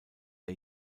der